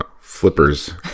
flippers